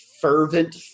fervent